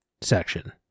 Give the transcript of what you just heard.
section